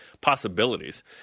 possibilities